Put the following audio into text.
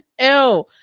Ew